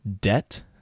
Debt